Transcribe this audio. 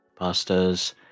pastas